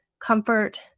comfort